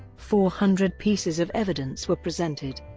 four hundred pieces of evidence were presented.